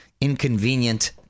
inconvenient